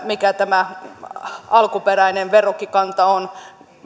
mikä tämä alkuperäinen verrokkikanta on